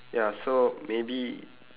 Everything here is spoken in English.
ya so maybe